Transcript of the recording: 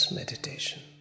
meditation